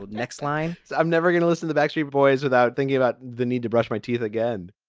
next line i'm never going to listen the backstreet boys without thinking about the need to brush my teeth again